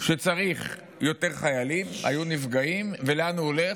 שצריך יותר חיילים, היו נפגעים, ולאן הוא הולך?